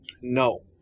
No